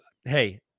hey